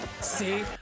See